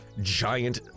giant